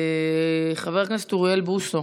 חבר הכנסת אוריאל בוסו.